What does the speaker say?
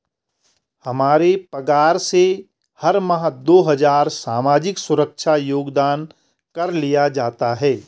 हमारे पगार से हर माह दो हजार सामाजिक सुरक्षा योगदान कर लिया जाता है